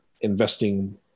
investing